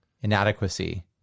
Inadequacy